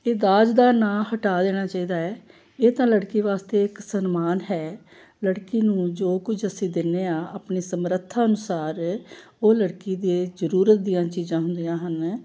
ਇਹ ਦਾਜ ਦਾ ਨਾਂ ਹਟਾ ਦੇਣਾ ਚਾਹੀਦਾ ਹੈ ਇਹ ਤਾਂ ਲੜਕੀ ਵਾਸਤੇ ਇੱਕ ਸਨਮਾਨ ਹੈ ਲੜਕੀ ਨੂੰ ਜੋ ਕੁਝ ਅਸੀਂ ਦਿੰਦੇ ਹਾਂ ਆਪਣੀ ਸਮਰੱਥਾ ਅਨੁਸਾਰ ਉਹ ਲੜਕੀ ਦੇ ਜ਼ਰੂਰਤ ਦੀਆਂ ਚੀਜ਼ਾਂ ਹੁੰਦੀਆਂ ਹਨ